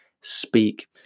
speak